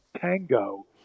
Tango